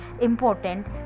important